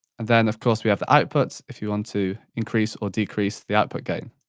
and then of course we have outputs if you want to increase or decrease the output gain.